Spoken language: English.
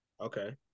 Okay